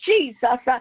Jesus